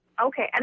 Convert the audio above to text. Okay